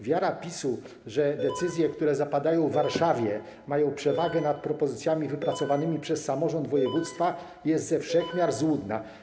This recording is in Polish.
Wiara PiS-u, że decyzje, które zapadają w Warszawie, mają przewagę nad propozycjami wypracowanymi przez samorząd województwa, jest ze wszech miar złudna.